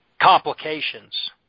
complications